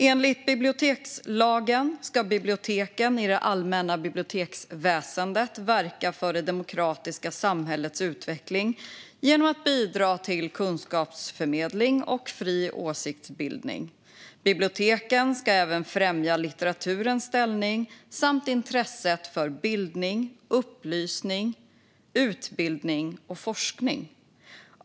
Enligt bibliotekslagen ska biblioteken i det allmänna biblioteksväsendet verka för det demokratiska samhällets utveckling genom att bidra till kunskapsförmedling och fri åsiktsbildning. Biblioteken ska även främja litteraturens ställning samt intresset för bildning, upplysning, utbildning och forskning.